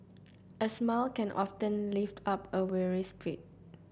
a smile can often lift up a weary spirit